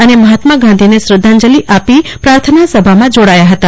અને મહાત્મા ગાંધીને શ્રદ્ધાંજલિ આપી પ્રાર્થનાસભામાં જોડાયા હતા